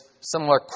similar